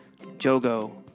Jogo